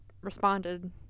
responded